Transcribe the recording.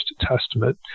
Testament